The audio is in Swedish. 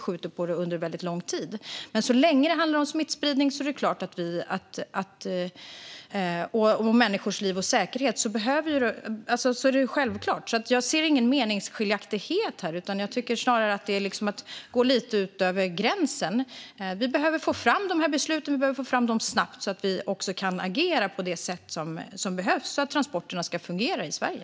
Men så länge som det handlar om smittspridning och människors liv och säkerhet är det självklart, så jag ser ingen meningsskiljaktighet här. Jag tycker snarare att det är att gå lite över gränsen. Vi behöver få fram de här besluten och få fram dem snabbt så att vi kan agera på det sätt som behövs för att transporterna ska fungera i Sverige.